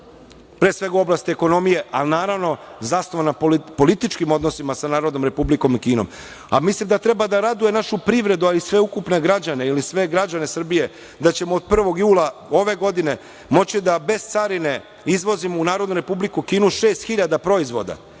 pre svega u oblasti ekonomije, ali naravno zasnovan na političkim odnosima sa Narodnom Republikom Kinom. Mislim da treba da raduje našu privredu, a i sve sve građane Srbije da ćemo od 1. juna ove godine moći da bez carine izvozimo u Narodnu Republiku Kinu 6.000 proizvoda